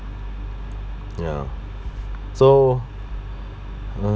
ya so mm